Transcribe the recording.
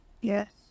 Yes